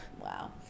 Wow